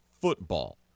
football